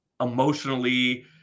emotionally